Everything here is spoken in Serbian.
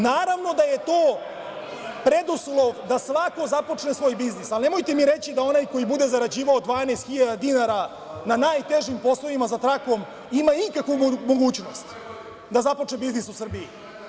Naravno, da je to preduslov da svako započne svoj biznis, ali nemojte mi reći da onaj koji bude zarađivao 12 hiljada dinara, na najtežim poslovima za trakom, ima ikakvu mogućnost da započne biznis u Srbiji.